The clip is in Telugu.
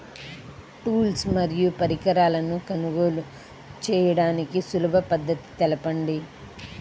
టూల్స్ మరియు పరికరాలను కొనుగోలు చేయడానికి సులభ పద్దతి తెలపండి?